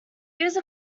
use